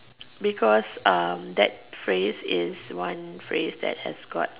because um that phrase is one phrase that has got